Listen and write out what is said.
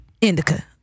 Indica